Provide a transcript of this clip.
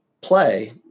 play